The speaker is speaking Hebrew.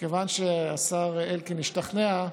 מכיוון שהשר אלקין השתכנע,